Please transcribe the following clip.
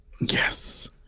Yes